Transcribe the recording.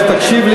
לפי איזה כלל?